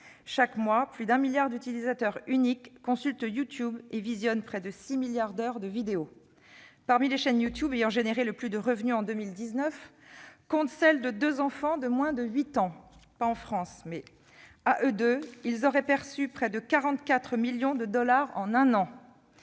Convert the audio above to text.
Chaque mois, plus de 1 milliard d'utilisateurs uniques se connectent à YouTube et visionnent près de 6 milliards d'heures de vidéo. Parmi les chaînes YouTube ayant produit le plus de revenus en 2019, on compte celles de deux enfants de moins de 8 ans. À eux deux, ils auraient perçu près de 44 millions de dollars en un an.